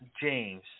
James